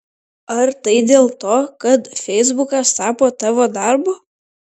ar tai dėl to kad feisbukas tapo tavo darbu